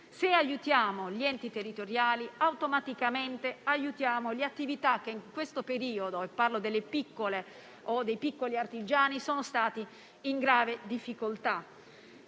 Se aiutiamo gli enti territoriali, automaticamente aiuteremo le attività che in questo periodo - parlo dei piccoli artigiani - sono stati in grave difficoltà.